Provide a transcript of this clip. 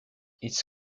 its